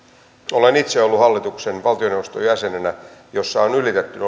olen itse ollut valtioneuvoston jäsenenä jossa on ylitetty